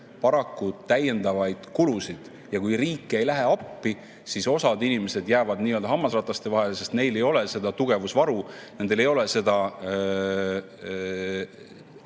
paraku täiendavaid kulusid, ja kui riik ei lähe appi, siis osa inimesi jääb nii-öelda hammasrataste vahele, sest neil ei ole seda tugevusvaru, neil ei ole seda